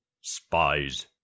Spies